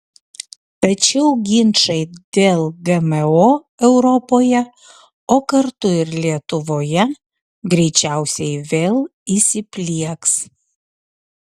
tačiau ginčai dėl gmo europoje o kartu ir lietuvoje greičiausiai vėl įsiplieks